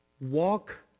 Walk